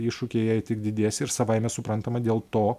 iššūkiai jai tik didės ir savaime suprantama dėl to